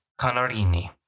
Canarini